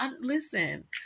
Listen